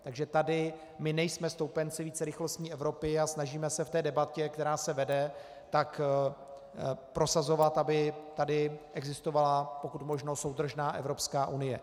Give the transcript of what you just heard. Takže tady my nejsme stoupenci vícerychlostní Evropy a snažíme se v té debatě, která se vede, prosazovat, aby tady existovala pokud možno soudržná Evropská unie.